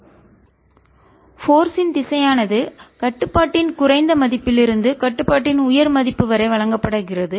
n12i183j122182×312i183j6427231i3331j போர்ஸின் திசையானது கட்டுப்பாட்டின் குறைந்த மதிப்பிலிருந்து கட்டுப்பாட்டின் உயர் மதிப்பு வரை வழங்கப்படுகிறது